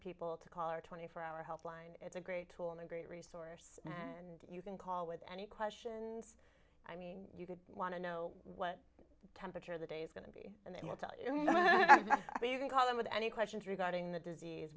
people to color twenty four hour helpline it's a great tool and a great resource and you can call with any questions i mean you could want to know what temperature the day is going to be and then we'll tell you what you can call them with any questions regarding the disease